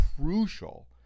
crucial